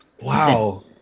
Wow